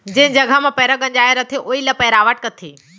जेन जघा म पैंरा गंजाय रथे वोइ ल पैरावट कथें